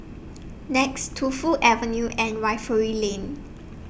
Nex Tu Fu Avenue and Refinery Lane